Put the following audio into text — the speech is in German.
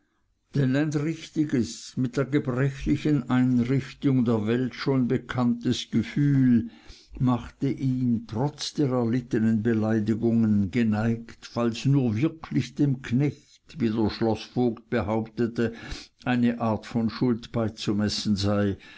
ein richtiges mit der gebrechlichen einrichtung der welt schon bekanntes gefühl machte ihn trotz der erlittenen beleidigungen geneigt falls nur wirklich dem knecht wie der schloßvogt behauptete eine art von schuld beizumessen sei